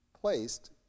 placed